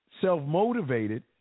self-motivated